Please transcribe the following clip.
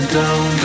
down